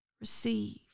receive